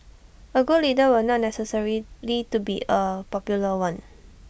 A good leader will not necessarily lead be A popular one